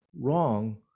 wrong